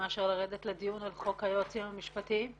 מאשר לרדת לדיון על חוק היועצים המשפטיים,